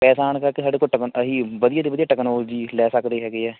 ਪੈਸਾ ਆਉਣ ਕਰਕੇ ਸਾਡੇ ਕੋਲ ਟਕ ਅਸੀਂ ਵਧੀਆ 'ਤੇ ਵਧੀਆ ਟੈਕਨੋਲੋਜੀ ਲੈ ਸਕਦੇ ਹੈਗੇ ਹੈ